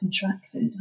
contracted